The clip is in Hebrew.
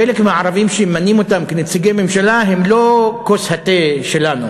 חלק מהערבים שממנים אותם כנציגי ממשלה הם לא כוס התה שלנו.